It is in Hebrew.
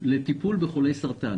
לטיפול בחולי סרטן,